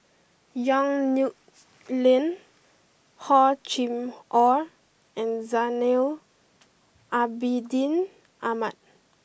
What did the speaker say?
Yong Nyuk Lin Hor Chim or and Zainal Abidin Ahmad